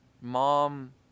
mom